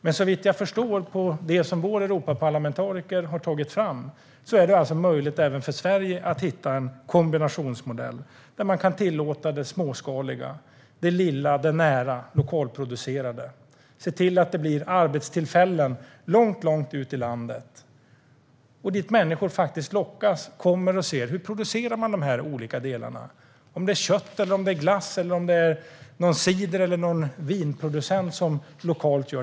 Men såvitt jag förstår av det som vår Europaparlamentariker har tagit fram är det möjligt även för Sverige att hitta en kombinationsmodell där man kan tillåta det småskaliga, det lilla, det nära och det lokalproducerade. Så kan vi se till att det blir arbetstillfällen långt ute i landet och ställen dit människor lockas för att komma och se hur man producerar de olika delarna - om det sedan handlar om kött, glass eller någon lokal vinproducent.